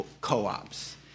co-ops